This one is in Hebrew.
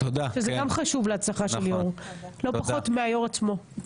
שזה גם חשוב להצלחה של יו"ר, לא פחות מהיו"ר עצמו.